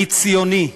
אני ציוני.